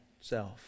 self